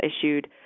issued